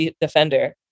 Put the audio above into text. defender